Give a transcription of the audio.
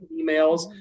emails